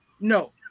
no